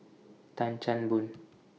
Tan Chan Boon